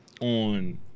on